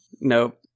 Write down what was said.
Nope